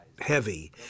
heavy